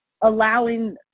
allowing